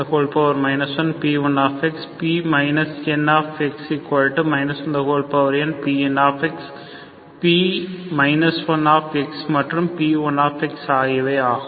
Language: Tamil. P 1 1 1P1 P n 1nPn P 1 மற்றும் P1 ஆகும்